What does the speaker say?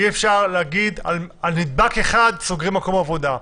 אי-אפשר להגיד על נדבק אחד סוגרים מקום עבודה,